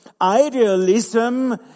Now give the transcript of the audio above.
idealism